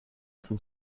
some